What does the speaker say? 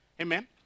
Amen